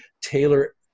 tailor